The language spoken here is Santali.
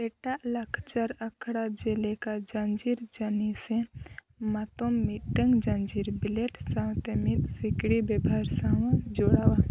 ᱮᱴᱟᱜ ᱞᱟᱠᱪᱟᱨ ᱟᱠᱷᱟᱲᱟ ᱡᱮᱞᱮᱠᱟ ᱡᱟᱸᱡᱤᱨ ᱡᱟᱹᱱᱤ ᱥᱮ ᱢᱟᱛᱳᱢ ᱢᱤᱫᱴᱟᱝ ᱡᱟᱸᱡᱤᱨ ᱵᱞᱮᱰ ᱥᱟᱶᱛᱮ ᱢᱤᱫᱥᱤᱠᱲᱤ ᱵᱮᱣᱦᱟᱨ ᱥᱟᱶ ᱡᱳᱲᱟᱣᱟ